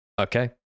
Okay